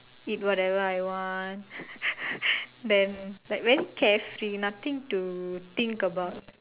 eat whatever I want then like very carefree nothing to think about